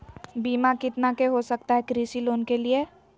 बीमा कितना के हो सकता है कृषि लोन के लिए?